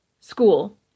School